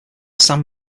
san